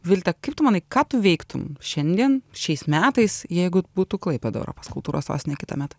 vilte kaip tu manai ką tu veiktum šiandien šiais metais jeigu būtų klaipėda europos kultūros sostinė kitąmet